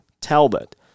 Talbot